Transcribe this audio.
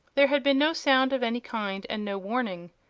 there had been no sound of any kind and no warning.